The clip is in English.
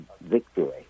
victory